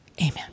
Amen